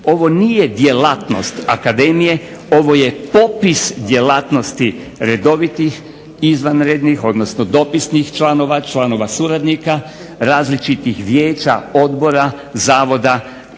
ovo nije djelatnost akademije, ovo je popis djelatnosti redovitih, izvanrednih, dopisnih članova, članova suradnika različitih vijeća odbora, zavoda,